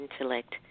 intellect